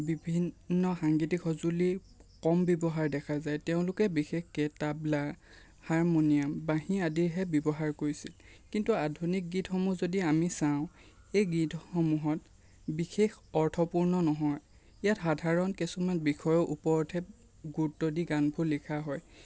বিভিন্ন সাংগীতিক সজুঁলি কম ব্যৱহাৰ দেখা যায় তেওঁলোকে বিশেষকৈ তাবলা হাৰমনিয়াম বাঁহী আদিহে ব্যৱহাৰ কৰিছিল কিন্তু আধুনিক গীতসমূহ যদি আমি চাওঁ এই গীতসমূহত বিশেষ অৰ্থপূৰ্ণ নহয় ইয়াত সাধাৰণ কিছুমান বিষয়ৰ ওপৰতহে গুৰুত্ব দি গানটো লিখা হয়